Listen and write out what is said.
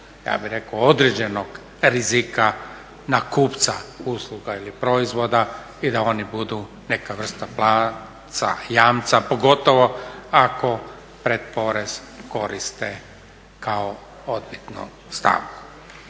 ja bih rekao određenog rizika na kupca usluga ili proizvoda i da oni budu neka vrsta placa jamca, pogotovo ako pretporez koriste kao odbitnu stavku.